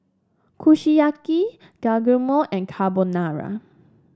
Kushiyaki Guacamole and Carbonara